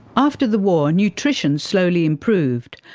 after the war, nutrition slowly improved,